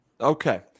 Okay